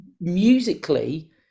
musically